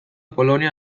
polonia